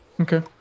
okay